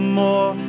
more